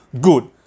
good